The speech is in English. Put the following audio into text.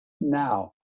now